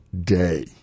day